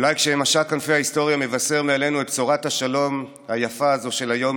אולי כשמשק כנפי ההיסטוריה מבשר מעלינו את בשורת השלום היפה הזו היום,